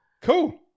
Cool